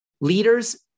Leaders